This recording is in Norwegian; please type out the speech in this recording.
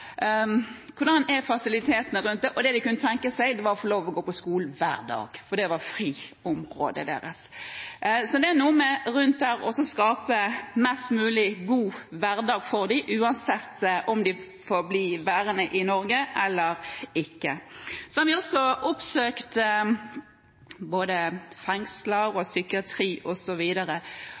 Hvordan er fasilitetene rundt dem? Det de kunne tenke seg, var å få gå på skolen hver dag, for det var friområdet deres. Det er noe med å skape en best mulig hverdag for dem, uansett om de får bli værende i Norge eller ikke. Vi har også oppsøkt fengsler og psykiatri,